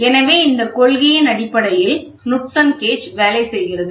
எனவே இந்த கொள்கையின் அடிப்படையில் நுட்சன் கேஜ் வேலை செய்கிறது